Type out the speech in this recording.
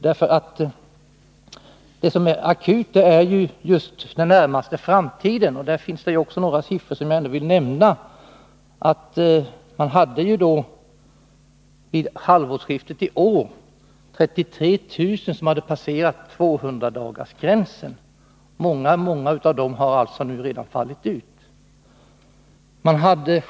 Situationen är akut den närmaste framtiden. Det finns ytterligare några siffror jag vill nämna. Vid halvårsskiftet i år hade 33 000 personer passerat 200-dagarsgränsen. Många av dem har alltså redan nu fallit ut.